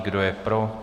Kdo je pro?